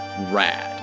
rad